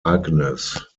agnes